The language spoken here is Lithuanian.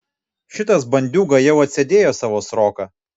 šitas bandiūga jau atsėdėjo savo sroką